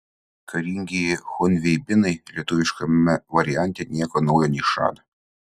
karingieji chunveibinai lietuviškame variante nieko naujo neišrado